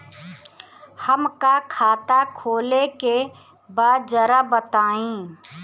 हमका खाता खोले के बा जरा बताई?